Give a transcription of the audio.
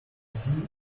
see